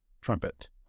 trumpet